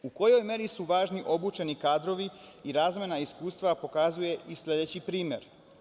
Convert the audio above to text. U kojoj meri su važni obučeni kadrovi i razmena iskustva pokazuje sledeći primer.